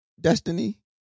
Destiny